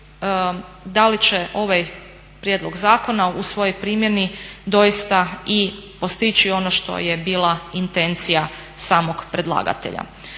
da li će ovaj prijedlog zakona u svojoj primjeni doista i postići ono što je bila intencija samog predlagatelja.